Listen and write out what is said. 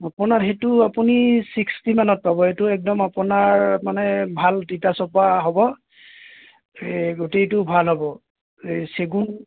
আপোনাৰ সেইটো আপুনি ছিক্সটি মানত পাব এইটো একদম আপোনাৰ মানে ভাল তিতাচপা হ'ব গোটেইটো ভাল হ'ব এই চেগুন